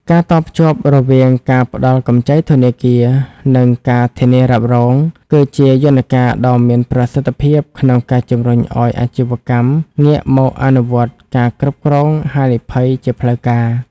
ការតភ្ជាប់រវាងការផ្ដល់កម្ចីធនាគារ និងការធានារ៉ាប់រង គឺជាយន្តការដ៏មានប្រសិទ្ធភាពក្នុងការជំរុញឱ្យអាជីវកម្មងាកមកអនុវត្តការគ្រប់គ្រងហានិភ័យជាផ្លូវការ។